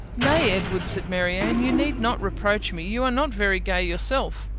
nay, edward, said marianne, you need not reproach me. you are not very gay yourself.